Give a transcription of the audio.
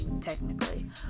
technically